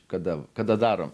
kada kada darom